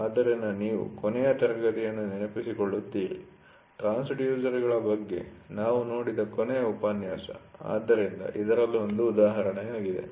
ಆದ್ದರಿಂದ ನೀವು ಕೊನೆಯ ತರಗತಿಯನ್ನು ನೆನಪಿಸಿಕೊಳ್ಳುತ್ತೀರಿ ಟ್ರಾನ್ಸ್ಡ್ಯುಸರ್'ಗಳ ಬಗ್ಗೆ ನಾವು ನೋಡಿದ ಕೊನೆಯ ಉಪನ್ಯಾಸ ಆದ್ದರಿಂದ ಇದರಲ್ಲಿ ಒಂದು ಉದಾಹರಣೆಯಾಗಿದೆ